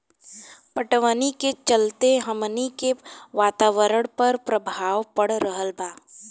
पटवनी के चलते हमनी के वातावरण पर प्रभाव पड़ रहल बा